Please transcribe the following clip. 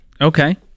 Okay